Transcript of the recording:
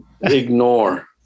ignore